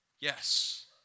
Yes